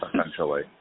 essentially